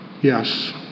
Yes